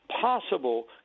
possible